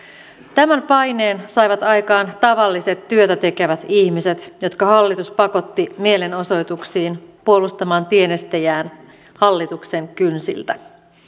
tämän paineen saivat aikaan tavalliset työtä tekevät ihmiset jotka hallitus pakotti mielenosoituksiin puolustamaan tienestejään hallituksen kynsiltä